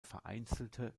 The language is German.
vereinzelte